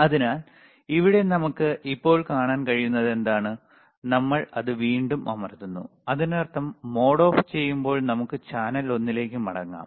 അതിനാൽ ഇവിടെ നമുക്ക് ഇപ്പോൾ കാണാൻ കഴിയുന്നത് എന്താണ് നമ്മൾ അത് വീണ്ടും അമർത്തുന്നു അതിനർത്ഥം മോഡ് ഓഫ് ചെയ്യുമ്പോൾ നമുക്ക് ചാനൽ ഒന്നിലേക്ക് മടങ്ങാം